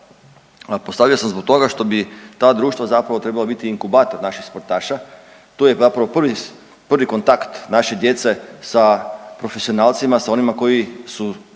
postavio sam zbog toga što bi ta društva zapravo trebala biti inkubator naših sportaša. To je zapravo prvi kontakt naše djece sa profesionalcima, sa onima koji su